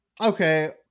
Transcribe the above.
okay